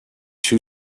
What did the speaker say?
two